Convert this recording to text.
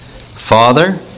Father